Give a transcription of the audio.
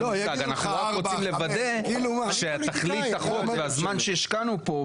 אנחנו רק רוצים לוודא שתכלית החוק והזמן שהשקענו פה,